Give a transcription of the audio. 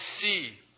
see